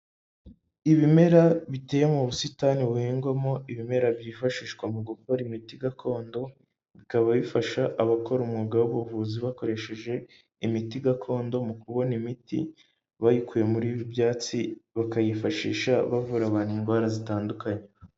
Ibimera biteye mu busitani buhingwamo ibimera byifashishwa mu gukora imiti gakondo, bikaba bifasha abakora umwuga w'ubuvuzi bakoresheje imiti gakondo, mu kubona imiti bayikuye muri ibi byatsi, bakayifashisha bavura abantu indwara zitandukanye.